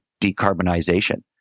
decarbonization